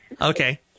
Okay